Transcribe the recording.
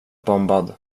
bombad